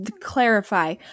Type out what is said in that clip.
clarify